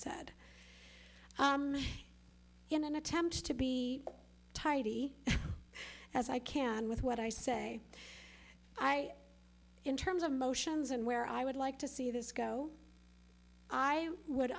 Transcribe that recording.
said in an attempt to be tidy as i can with what i say i in terms of emotions and where i would like to see this go i would